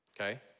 okay